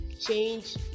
change